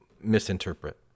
misinterpret